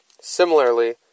Similarly